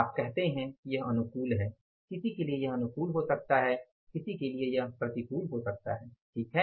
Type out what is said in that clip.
आप कहते हैं कि यह अनुकूल है किसी के लिए यह अनुकूल हो सकता है किसी के लिए यह प्रतिकूल हो सकता है ठीक है